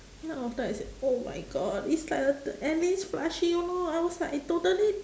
then after I see oh my god it's like a the alyn's plushie oh no I was like I totally